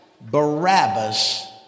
Barabbas